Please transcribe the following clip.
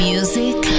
Music